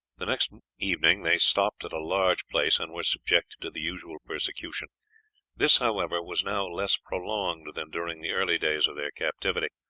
the next evening they stopped at a large place, and were subjected to the usual persecution this, however, was now less prolonged than during the early days of their captivity,